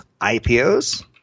IPOs